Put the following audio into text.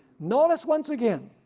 notice once again